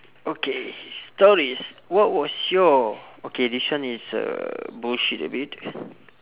okay stories what was your okay this one is uh bullshit a bit